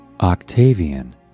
Octavian